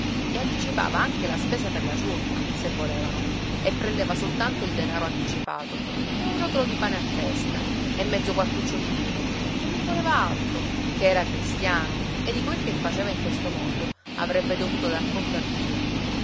e anticipava anche la spesa per la ciurma se volevano e prendeva soltanto il denaro anticipato e un rotolo di pane a testa e mezzo quartuccio di vino e non voleva altro ché era cristiano e di quel che faceva in questo mondo avrebbe dovuto dar conto a dio